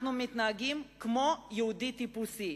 אנחנו מתנהגים כמו יהודי טיפוסי.